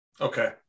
Okay